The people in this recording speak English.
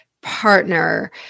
partner